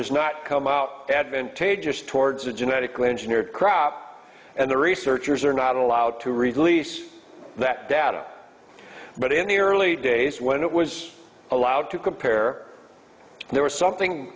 has not come out advantageous towards a genetically engineered crop and the researchers are not allowed to release that data but in the early days when it was allowed to compare there was something